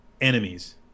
enemies